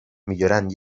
millorant